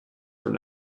from